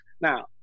Now